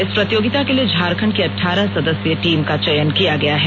इस प्रतियोगिता के लिए झारखंड की अठारह सदस्य टीम का चयन किया गया है